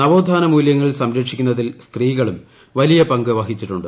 നവോത്ഥാന മൂല്യങ്ങൾ സംരക്ഷിക്കുന്നതിൽ സ്ത്രീകളും വലിയ പങ്കു വഹിച്ചിട്ടുണ്ട്